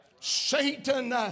Satan